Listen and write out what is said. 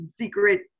secret